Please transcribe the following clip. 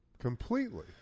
Completely